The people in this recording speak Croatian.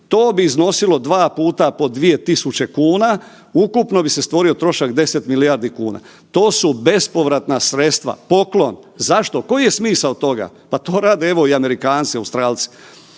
to bi iznosilo 2 puta po 2.000,00 kn, ukupno bi se stvorio trošak 10 milijardi kuna. To su bespovratna sredstva. Poklon. Zašto? Koji je smisao toga? Pa to rade evo i Amerikanci, Australci.